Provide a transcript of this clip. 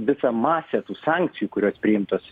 visą masę tų sankcijų kurios priimtos